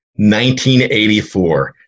1984